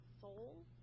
soul